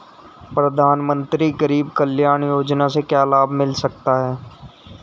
प्रधानमंत्री गरीब कल्याण योजना से क्या लाभ मिल सकता है?